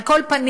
על כל פנים,